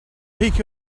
peak